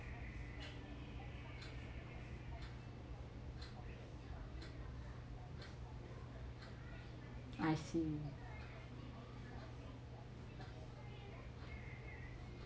I see